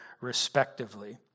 respectively